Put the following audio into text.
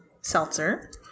seltzer